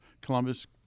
Columbus